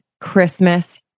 Christmas